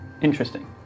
Interesting